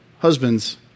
Husbands